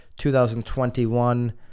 2021